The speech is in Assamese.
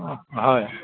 অঁ হয়